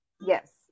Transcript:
Yes